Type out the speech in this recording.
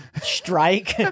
strike